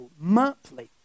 monthly